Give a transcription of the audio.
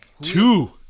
Two